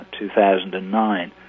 2009